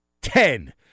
Ten